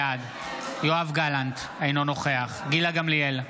בעד יואב גלנט, אינו נוכח גילה גמליאל,